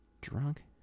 drunk